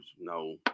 No